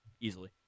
easily